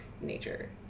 nature